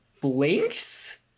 blinks